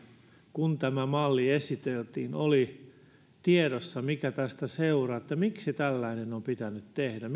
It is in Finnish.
kun tämä malli esiteltiin oli tiedossa mikä tästä seuraa niin miksi tällainen on pitänyt tehdä